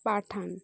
পাঠান